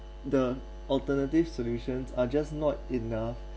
the alternative solutions are just not enough